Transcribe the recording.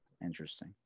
Interesting